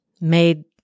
made